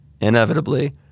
inevitably